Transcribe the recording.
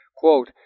Quote